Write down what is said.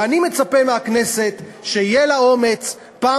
ואני מצפה מהכנסת שיהיה לה אומץ פעם